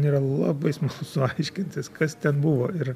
yra labai smalsu aiškintis kas ten buvo ir